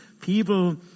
people